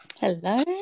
hello